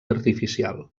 artificial